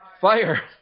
fire